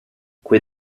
quei